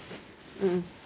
mm